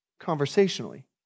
conversationally